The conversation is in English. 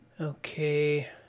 Okay